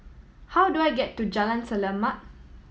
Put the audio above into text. how do I get to Jalan Selamat